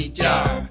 jar